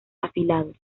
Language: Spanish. afilados